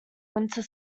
winter